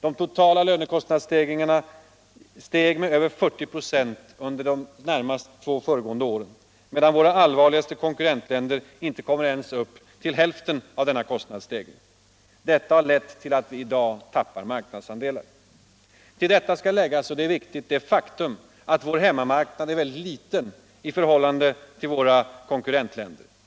De totala lönekostnadsstegringarna har varit över 40 25 under de båda senaste åren medan våra allvarligaste konkurrentländer inte ens kommit upp till hälften av denna kostnadsstegring. Det har lett till att vi i dag tappar marknadsandelar. Till detta skall läggas det faktum att vår hemmamarknad är mycket liten i förhållande till våra konkurrentländers.